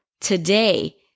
today